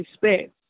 respect